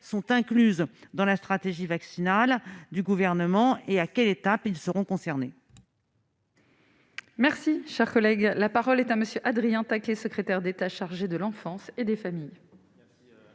sont incluses dans la stratégie vaccinale du gouvernement et à quelle étape, ils seront concernés. Merci, cher collègue, la parole est à monsieur Adrien taquet, secrétaire d'État chargé de l'enfance et des familles.